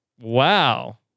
Wow